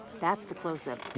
that's the closeup,